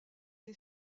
est